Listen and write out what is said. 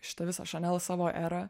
šitą visą chanel savo erą